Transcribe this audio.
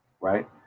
right